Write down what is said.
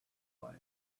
way